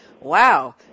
wow